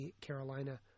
Carolina